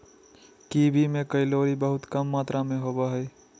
kiwi में calorie बहुत कम मात्र में होबो हइ